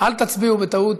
אל תצביעו, בטעות.